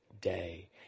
day